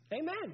Amen